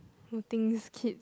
who thinks kid